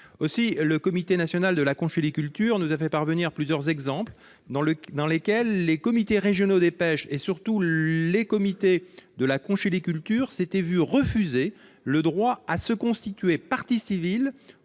Ainsi, le Comité national de la conchyliculture nous a fait parvenir plusieurs exemples dans lesquels les comités régionaux des pêches et, surtout, les comités de la conchyliculture s'étaient vus refuser le droit de se constituer partie civile